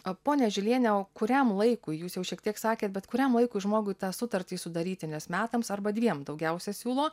o ponia žiliene o kuriam laikui jūs jau šiek tiek sakė bet kuriam vaikui žmogui tą sutartį sudaryti nes metams arba dviem daugiausiai siūlo